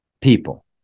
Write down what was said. people